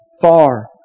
far